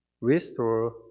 restore